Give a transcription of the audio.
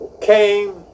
came